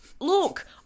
Look